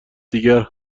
دیگر